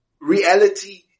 reality